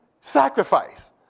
sacrifice